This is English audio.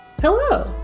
hello